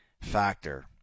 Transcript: factor